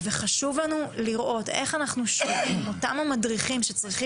וחשוב לנו לראות איך אנחנו שומרים על אותם מדריכים שאמורים